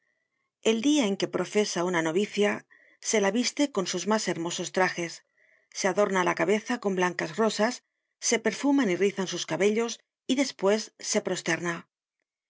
el dia en que profesa una novicia se la viste con sus mas hermosos trajes s adorna la cabeza con blancas rosas se perfuman y rizan sus cabellos y despues se